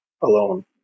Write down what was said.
alone